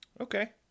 Okay